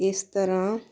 ਇਸ ਤਰ੍ਹਾਂ